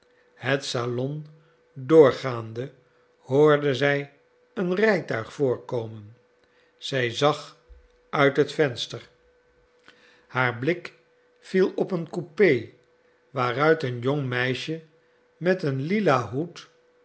het salon doorgaande hoorde zij een rijtuig voorkomen zij zag uit het venster haar blik viel op een coupé waaruit een jong meisje met een lila hoed op